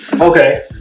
Okay